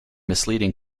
misleading